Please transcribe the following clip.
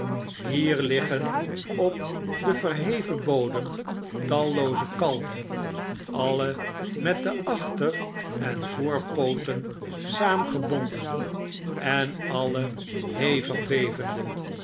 hier liggen op den verheven bodem tallooze kalven alle met de achter en voorpooten saamgebonden en alle hevig bevende